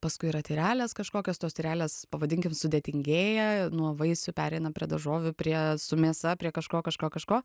paskui yra tyrelės kažkokios tos tyrelės pavadinkim sudėtingėja nuo vaisių pereinam prie daržovių prie su mėsa prie kažko kažko kažko